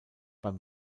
beim